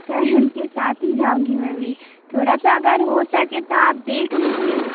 sir उनके साथ ही जाऊँगी मैं भी थोड़ा सा अगर हो सके तो आप देख लीजिए